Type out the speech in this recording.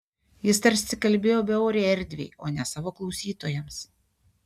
jis tarsi kalbėjo beorei erdvei o ne savo klausytojams